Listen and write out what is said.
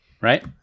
right